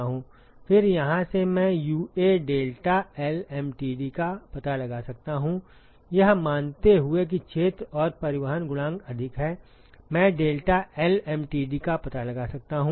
फिर यहां से मैं यूए डेल्टा एलएमटीडी का पता लगा सकता हूं यह मानते हुए कि क्षेत्र और परिवहन गुणांक अधिक है मैं डेल्टा एलएमटीडी का पता लगा सकता हूं